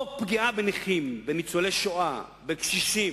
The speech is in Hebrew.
או פגיעה בנכים, בניצולי השואה, בקשישים.